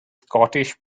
scottish